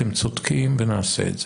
אתם צודקים, נעשה את זה.